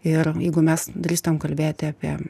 ir jeigu mes drįstam kalbėti apie